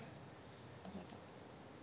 oh my god